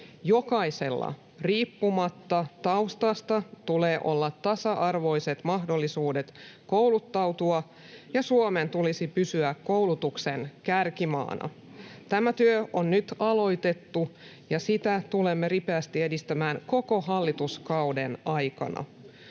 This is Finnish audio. jokaisella riippumatta taustasta tulee olla tasa-arvoiset mahdollisuudet kouluttautua, ja Suomen tulisi pysyä koulutuksen kärkimaana. Tämä työ on nyt aloitettu, ja sitä tulemme ripeästi edistämään koko hallituskauden ajan.